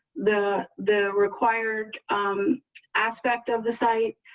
the, the required um aspect of the site.